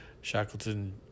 Shackleton